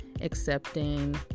accepting